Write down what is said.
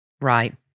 right